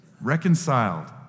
reconciled